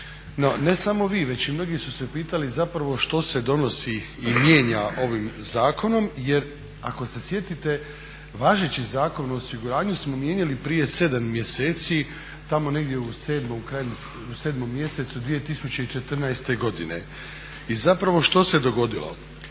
ne samo vi već i mnogi su se pitali zapravo što se donosi i mijenja ovim zakonom. Jer ako se sjetite važeći zakon o osiguranju smo mijenjali prije 7 mjeseci, tamo negdje u sedmom, krajem sedmog mjeseca 2014. godine. I zapravo što se dogodilo?